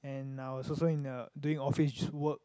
and I was also in the doing office work